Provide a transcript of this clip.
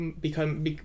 become